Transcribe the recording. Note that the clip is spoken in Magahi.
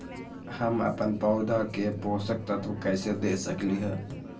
हम अपन पौधा के पोषक तत्व कैसे दे सकली ह?